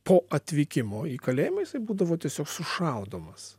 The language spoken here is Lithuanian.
po atvykimo į kalėjimą jisai būdavo tiesiog sušaudomas